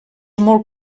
molt